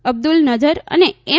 અબ્દુલ નજર અને એમ